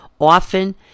often